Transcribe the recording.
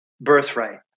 birthright